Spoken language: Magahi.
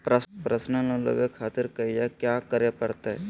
पर्सनल लोन लेवे खातिर कया क्या करे पड़तइ?